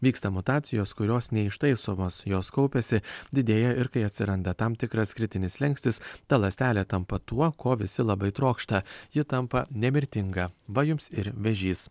vyksta mutacijos kurios neištaisomos jos kaupiasi didėja ir kai atsiranda tam tikras kritinis slenkstis ta ląstelė tampa tuo ko visi labai trokšta ji tampa nemirtinga va jums ir vėžys